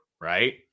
right